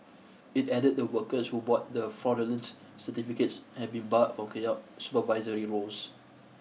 it added the workers who bought the fraudulence certificates have been barred from carrying out supervisory roles